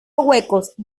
huecos